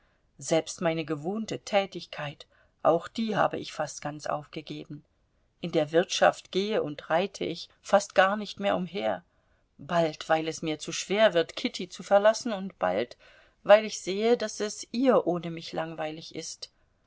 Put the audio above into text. selbst meine gewohnte tätigkeit auch die habe ich fast ganz aufgegeben in der wirtschaft gehe und reite ich fast gar nicht mehr umher bald weil es mir zu schwer wird kitty zu verlassen bald weil ich sehe daß es ihr ohne mich langweilig ist